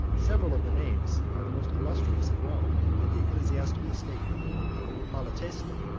several of the names are the most illustrious of rome and the ecclesiastical state malatesta,